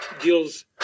deals